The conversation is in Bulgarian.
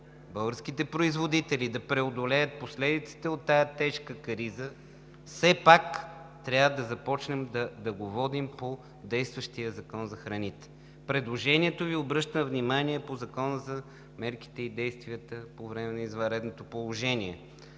българските производители да преодолеят последиците от тази тежка криза, все пак трябва да започнем да го водим по действащия Закон за храните. Предложението Ви обръща внимание по Закона за мерките и действията по време на извънредното положение.